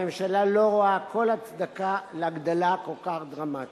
הממשלה לא רואה כל הצדקה להגדלה כל כך דרמטית.